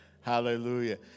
Hallelujah